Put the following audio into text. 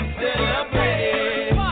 celebrate